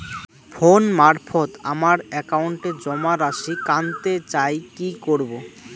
Phone মারফত আমার একাউন্টে জমা রাশি কান্তে চাই কি করবো?